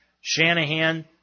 Shanahan